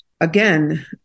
again